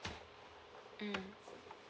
mm